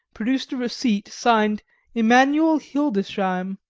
produced a receipt signed immanuel hildesheim.